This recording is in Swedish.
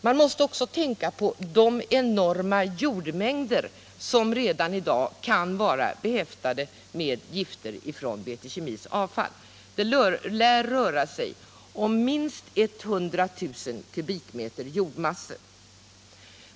Vi måste också tänka på de enorma jordmängder som redan i dag kan vara behäftade med gifter från BT Kemis avfall. Det lär röra sig om minst 100 000 kubikmeter jordmassor.